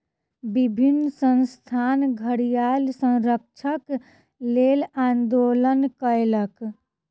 विभिन्न संस्थान घड़ियाल संरक्षणक लेल आंदोलन कयलक